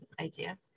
idea